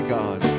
god